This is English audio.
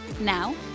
Now